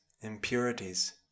impurities